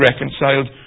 reconciled